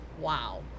wow